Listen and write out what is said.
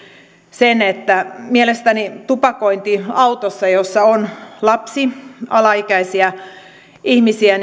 sen että mielestäni tupakointi autossa jossa on lapsi alaikäisiä ihmisiä